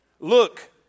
Look